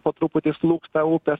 po truputį slūgsta upės